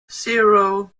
zero